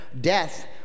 death